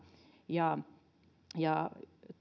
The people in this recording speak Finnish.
ja ja